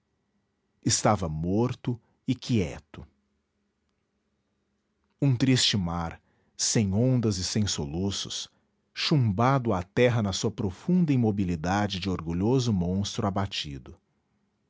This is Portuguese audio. estava morto e quieto um triste mar sem ondas e sem soluços chumbado à terra na sua profunda imobilidade de orgulhoso monstro abatido